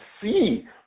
see